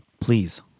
please